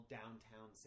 downtown